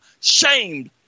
shamed